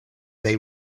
they